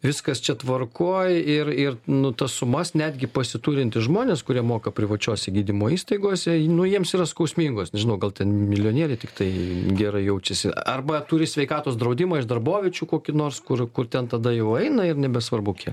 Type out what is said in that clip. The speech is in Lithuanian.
viskas čia tvarkoj ir ir nu tas sumas netgi pasiturintys žmonės kurie moka privačiose gydymo įstaigoise nu jiems yra skausmingos nežinau gal ten milijonieriai tiktai gerai jaučiasi arba turi sveikatos draudimą iš darboviečių kokį nors kur kur ten tada jau eina ir nebesvarbu kiek